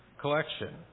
collection